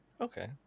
Okay